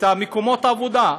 מקומות עבודה,